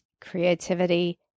creativity